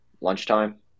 lunchtime